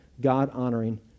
God-honoring